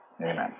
Amen